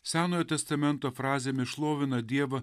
senojo testamento frazėmis šlovina dievą